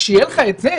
כשיהיה לך את זה